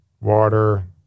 water